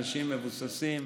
אנשים מבוססים,